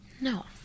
No